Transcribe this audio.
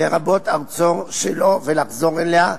לרבות ארצו שלו, ולחזור אליה,